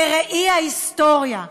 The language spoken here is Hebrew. בראי ההיסטוריה,